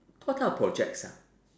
what kind of projects ah